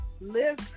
live